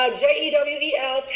j-e-w-e-l